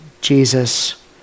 Jesus